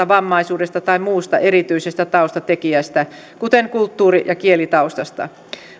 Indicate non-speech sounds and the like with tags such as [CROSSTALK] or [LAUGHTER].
[UNINTELLIGIBLE] vammaisuudesta tai muusta erityisestä taustatekijästä kuten kulttuuri ja kielitaustasta